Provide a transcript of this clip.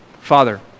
Father